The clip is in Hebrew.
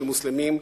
של מוסלמים,